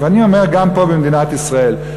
ואני אומר: גם פה במדינת ישראל,